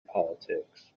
politics